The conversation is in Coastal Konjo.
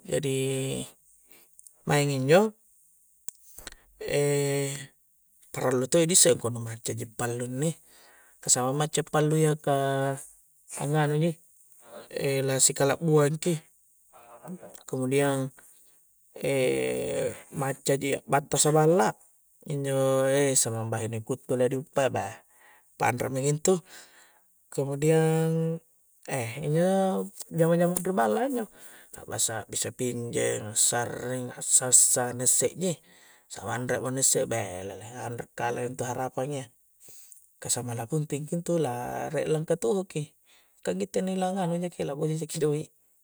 Jadi maing injo parallu to'i disse angkua nu macca ji pallu inni ka sampang macca i pallu iya ka angnganu ji la ki sikalakuang ki kemudiang macca ji akbttasa balla injo samang bahine kuttu la di uppa iay beh panrak maki intu kemudiang injo jama-jamang ri balla a injo akbangsa akbissa pinjeng, assaring, assassa, na isse ji, samang anre mo na isse belele anre kale ntu harapang iya ka samang la buntingki intu la riek langkatuho ki kan gitte inni la nganu jaki lak boja jaki doik